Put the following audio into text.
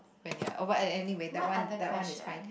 when you are anyway that one that one is fine